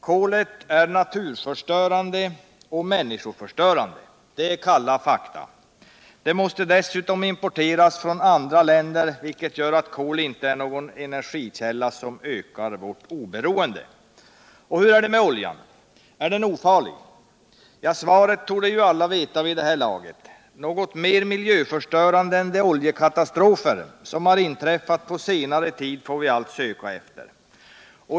Kolet är naturförstörande och miinniskoförstörande. Det är kalla fakta. Det måste dessutom importeras från andra länder, vilket gör att kol inte är någon energikälla som ökar vårt oberoende. Och hur är det med oljan? Är den ofarlig? Svaret torde alla veta vid det här laget. Något mer miljöförstörande än de oljekatastrofer som inträffat på senare tid får vi allt söka efter.